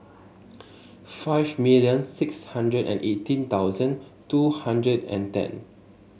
five million six hundred and eighteen thousand two hundred and ten